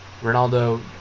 Ronaldo